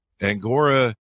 angora